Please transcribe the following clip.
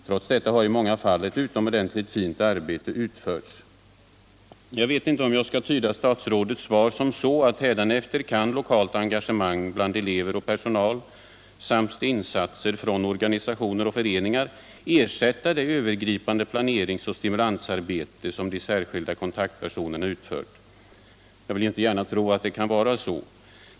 Trots detta har i många fall ett utomordentligt fint arbete utförts. Skall jag tyda statsrådets svar så, att hädanefter kan lokalt engagemang bland elever och personal samt insatser från organisationer och föreningar ersätta det övergripande planerings och stimulansarbete som de särskilda kontaktpersonerna utför? Jag vill inte gärna tro det.